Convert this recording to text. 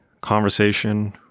conversation